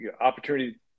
Opportunity